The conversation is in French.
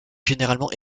généralement